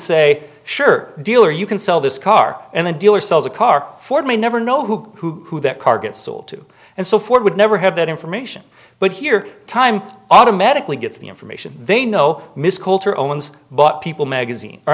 say sure dealer you can sell this car and the dealer sells a car ford may never know who that car gets sold to and so forth would never have that information but here time automatically gets the information they know miss coulter owns but people magazine